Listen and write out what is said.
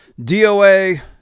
DOA